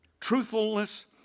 Truthfulness